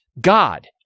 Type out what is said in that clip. God